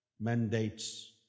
mandates